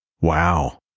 Wow